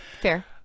fair